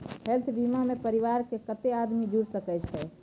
Health बीमा मे परिवार के कत्ते आदमी जुर सके छै?